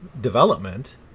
development